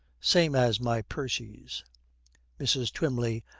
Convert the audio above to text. same as my percy's mrs. twymley,